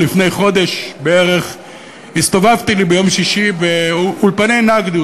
שלפני חודש בערך הסתובבתי ביום שישי באולפני "נקדי".